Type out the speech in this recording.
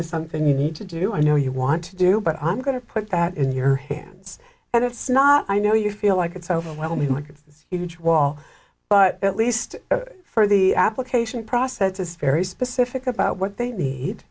is something you need to do i know you want to do but i'm going to put that in your hands and it's not i know you feel like it's overwhelming like a huge wall but at least for the application process is very specific about what they need